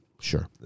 sure